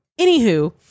Anywho